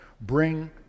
bring